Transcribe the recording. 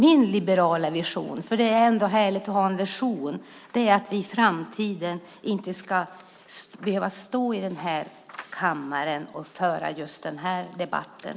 Min liberala vision är - det är ändå härligt att ha en vision - att vi i framtiden inte ska behöva stå i den här kammaren och föra just den här debatten.